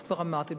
אז כבר אמרתי,